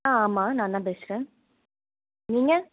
ஆ ஆமாம் நான் தான் பேசுகிறேன் நீங்கள்